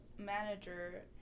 manager